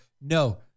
no